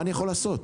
מה אני יכול לעשות?